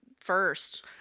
first